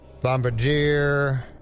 Bombardier